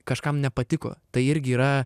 kažkam nepatiko tai irgi yra